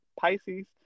Pisces